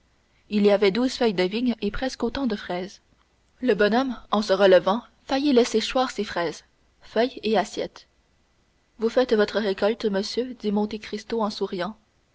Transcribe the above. il y avait douze feuilles de vigne et presque autant de fraises le bonhomme en se relevant faillit laisser choir fraises feuilles et assiette vous faites votre récolte monsieur dit monte cristo en souriant